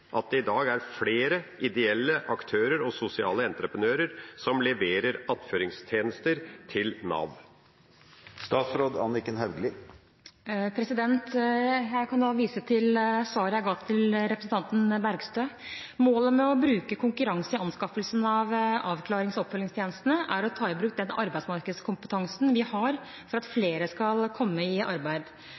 at det i dag er flere ideelle aktører og sosiale entreprenører som leverer attføringstjenester til Nav?» Jeg viser til svaret jeg ga til representanten Bergstø. Målet med å bruke konkurranse i anskaffelsen av avklarings- og oppfølgingstjenester er å ta i bruk den arbeidsmarkedskompetansen vi har, for at flere skal komme i arbeid.